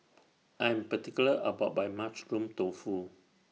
I Am particular about My Mushroom Tofu